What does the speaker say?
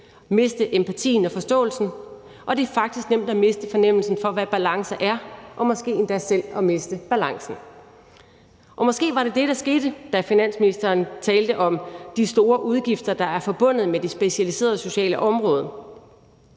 miste empatien og forståelsen, og det er faktisk nemt at miste fornemmelsen for, hvad balancer er, og måske endda selv at miste balancen. Måske var det det, der skete, da finansministeren talte om de store udgifter, der er forbundet med det specialiserede socialområde.